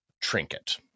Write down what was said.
trinket